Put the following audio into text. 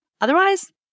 Otherwise